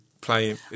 playing